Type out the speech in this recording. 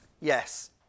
Yes